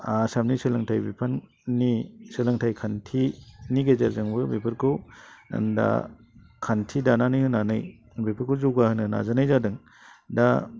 आसामनि सोलोंथाइ बिफाननि सोलोंथाइ खान्थिनि गेजेरजोंबो बेफोरखौ दा खान्थि दानानै होनानै बेफोरखौ जौगाहोनो नाजानाय जादों दा